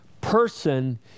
person